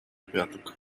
пяток